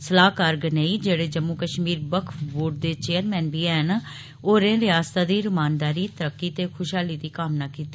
सलाह्कार गनेई जेह्ड़े जम्मू कष्मीर वकफ बोर्ड दे चेयरमैन बी हैन होरें रिआसता दी रमानदारी तरक्की ते खुषहाली दी कामना कीती